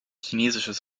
chinesisches